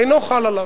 אינו חל עליו.